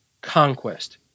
conquest